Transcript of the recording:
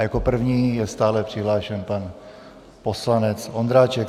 Jako první je stále přihlášen pan poslanec Ondráček.